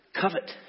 covet